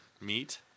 Meat